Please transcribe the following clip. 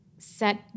set